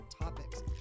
topics